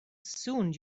soon